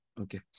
Okay